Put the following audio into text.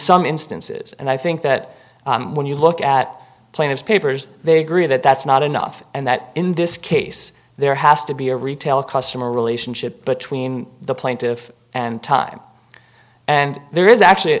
some instances and i think that when you look at plaintiffs papers they agree that that's not enough and that in this case there has to be a retail customer relationship between the plaintiff and time and there is actually